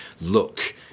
look